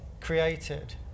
created